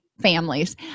families